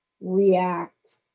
react